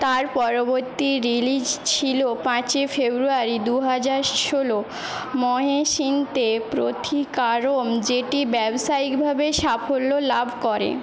তার পরবর্তী রিলিজ ছিল পাঁচই ফেব্রুয়ারি দু হাজার ষোলো মহেশিন্তে প্রথিকারম যেটি ব্যবসায়িকভাবে সাফল্য লাভ করে